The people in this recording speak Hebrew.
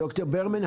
ד"ר ברמן,